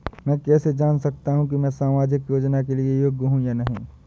मैं कैसे जान सकता हूँ कि मैं सामाजिक योजना के लिए योग्य हूँ या नहीं?